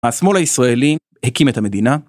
השמאל הישראלי הקים את המדינה